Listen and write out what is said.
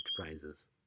enterprises